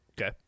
Okay